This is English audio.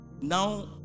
Now